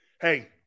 Hey